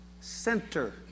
center